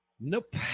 Nope